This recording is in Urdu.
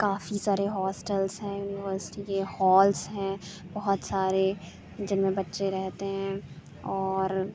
کافی سارے ہوسٹلس ہیں یونیورسٹی کے ہالس ہیں بہت سارے جن میں بچے رہتے ہیں اور